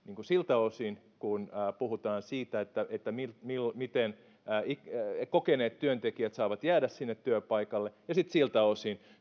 siltä osin kuin puhutaan siitä että kokeneet työntekijät saavat jäädä sinne työpaikalle ja sitten siltä osin